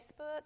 Facebook